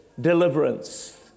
deliverance